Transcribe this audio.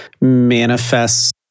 manifest